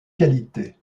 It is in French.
qualité